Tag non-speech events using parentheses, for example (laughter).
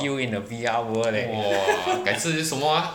see you in a V_R world leh (laughs)